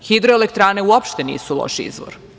Hidroelektrane uopšte nisu loš izvor.